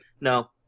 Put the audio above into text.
no